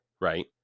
right